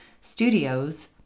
studios